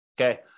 Okay